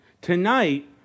Tonight